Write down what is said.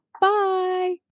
Bye